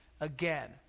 Again